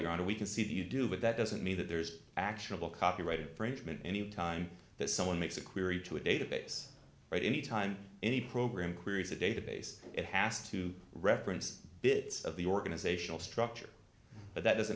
your honor we can see that you do but that doesn't mean that there's actionable copyright infringement any time that someone makes a query to a database or at any time any program creates a database it has to reference bits of the organizational structure but that doesn't